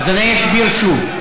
אז אני אסביר שוב.